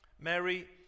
Mary